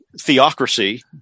theocracy